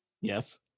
Yes